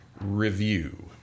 review